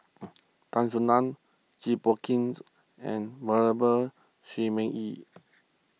Tan Soo Nan Jit Ch'ng and Venerable Shi Ming Yi